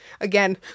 again